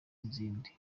nk’izindi